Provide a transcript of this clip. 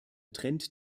trend